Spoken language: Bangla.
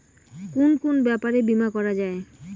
কুন কুন ব্যাপারে বীমা করা যায়?